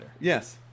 Yes